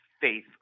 faith